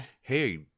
Hey